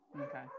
okay